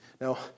Now